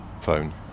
phone